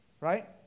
right